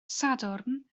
sadwrn